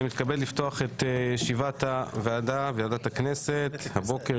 אני מתכבד לפתוח את ישיבת ועדת הכנסת הבוקר,